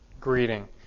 greeting